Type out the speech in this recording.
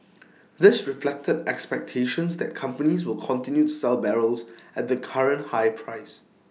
this reflected expectations that companies will continue to sell barrels at the current higher price